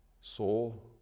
soul